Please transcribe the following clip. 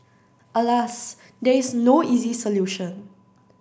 alas there is no easy solution